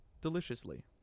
deliciously